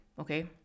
okay